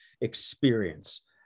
experience